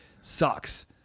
sucks